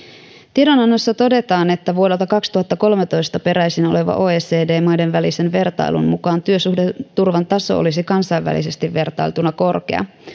tiedonannossa todetaan että vuodelta kaksituhattakolmetoista peräisin olevan oecd maiden välisen vertailun mukaan työsuhdeturvan taso olisi kansainvälisesti vertailtuna korkea